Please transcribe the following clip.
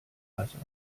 wasser